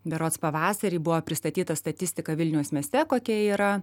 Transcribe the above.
berods pavasarį buvo pristatyta statistika vilniaus mieste kokia yra